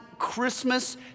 Christmas